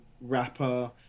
rapper